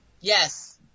Yes